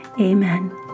amen